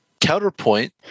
Counterpoint